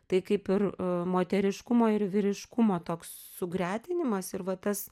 tai kaip ir moteriškumo ir vyriškumo toks sugretinimas ir va tas